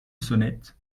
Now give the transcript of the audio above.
sonnette